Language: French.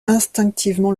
instinctivement